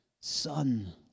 son